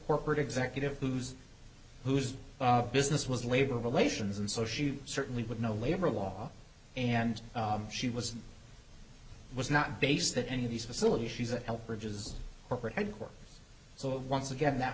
corporate executive whose whose business was labor relations and so she certainly would know labor law and she was was not base that any of these facilities she's a help bridges corporate headquarters so once again that